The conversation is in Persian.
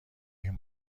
این